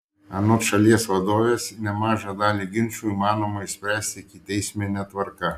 anot šalies vadovės nemažą dalį ginčų įmanoma išspręsti ikiteismine tvarka